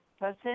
person